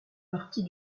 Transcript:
partie